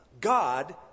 God